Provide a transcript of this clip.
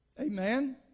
Amen